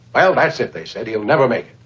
i ah i said, they said, you'll never make.